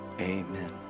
amen